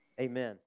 Amen